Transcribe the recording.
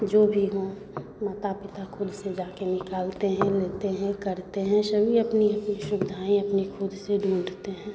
जो भी हो माता पिता खुद से जाकर निकालते हैं लेते हैं करते हैं सभी अपनी अपनी सुविधाएँ अपनी खुद से ढूँढ़ते हैं